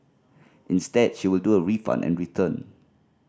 instead she will do a refund and return